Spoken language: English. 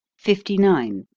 fifty nine.